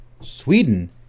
Sweden